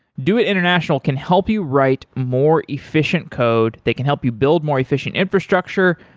doit international can help you write more efficient code, they can help you build more efficient infrastructure.